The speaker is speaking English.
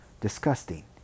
disgusting